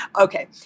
Okay